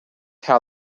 how